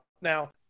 now